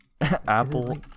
Apple